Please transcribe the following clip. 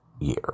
year